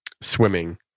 swimming